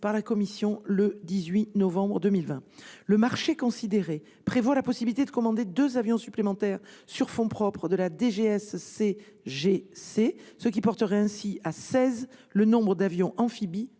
par la Commission européenne le 18 novembre 2020. Le marché considéré prévoit la possibilité de commander deux avions supplémentaires sur fonds propres de la DGSCGC, ce qui porterait ainsi à seize le nombre d'avions amphibies